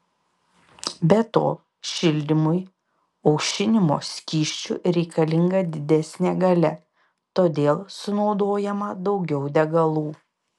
be to šildymui aušinimo skysčiu reikalinga didesnė galia todėl sunaudojama daugiau degalų